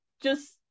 Just-